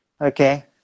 Okay